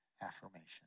affirmation